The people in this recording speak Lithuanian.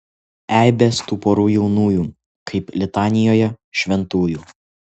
eibės tų porų jaunųjų kaip litanijoje šventųjų